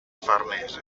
farnese